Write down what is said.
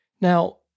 Now